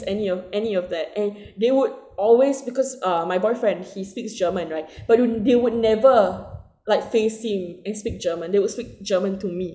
any of any of that and they would always because err my boyfriend he speaks german right they would they would never like face him and speak german they would speak german to me